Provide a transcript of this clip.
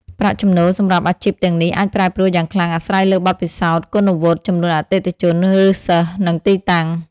ប្រាក់ចំណូលសម្រាប់អាជីពទាំងនេះអាចប្រែប្រួលយ៉ាងខ្លាំងអាស្រ័យលើបទពិសោធន៍ គុណវុឌ្ឍិ ចំនួនអតិថិជន ឬសិស្ស និងទីតាំង។